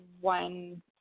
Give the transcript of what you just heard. one